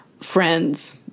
friends